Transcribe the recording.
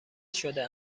شده